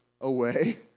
away